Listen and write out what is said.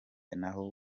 naho